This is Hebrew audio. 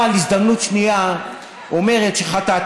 אבל הזדמנות שנייה אומרת: חטאת,